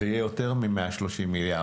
זה יהיה יותר מ-130 מיליארד.